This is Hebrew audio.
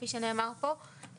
כפי שנאמר פה,